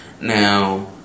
now